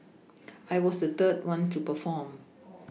I was the third one to perform